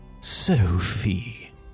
Sophie